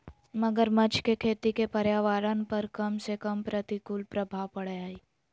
मगरमच्छ के खेती के पर्यावरण पर कम से कम प्रतिकूल प्रभाव पड़य हइ